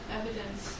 evidence